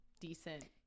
decent